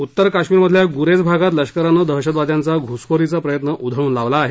उत्तर काश्मीरमधील ग्रेज भागात लष्करान दहशतवाद्यांचा घुसखोरीचा प्रयत्न उधळून लावला आहे